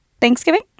Thanksgiving